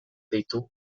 ditu